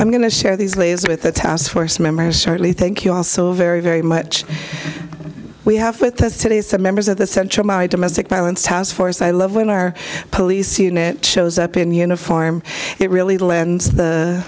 i'm going to share these ladies with the task force members certainly thank you all so very very much we have with us today some members of the central my domestic violence task force i love when our police unit shows up in uniform it really lends